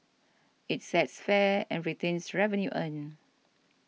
it sets fares and retains revenue earned